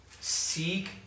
seek